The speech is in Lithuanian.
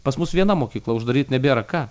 pas mus viena mokykla uždaryt nebėra ką